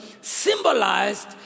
symbolized